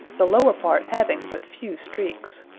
the lower part having but few streaks.